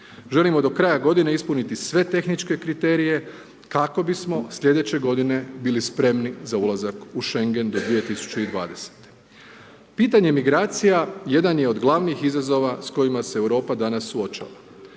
Želimo do kraja godine ispuniti sve tehničke kriterije kako bismo sljedeće godine bili spremni za ulazak u Šengen do 2020. Pitanje migracija jedan je od glavnih izazova s kojima se Europa danas suočava.